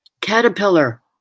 caterpillar